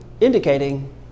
indicating